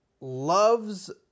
loves